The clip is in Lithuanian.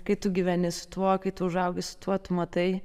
kai tu gyveni su tuo kai tu užaugi su tuo tu matai